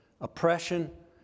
oppression